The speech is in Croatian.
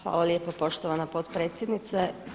Hvala lijepa poštovana potpredsjednice.